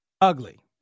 Ugly